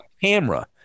camera